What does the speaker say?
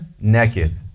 naked